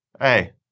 Hey